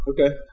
Okay